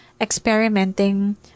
experimenting